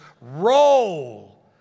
roll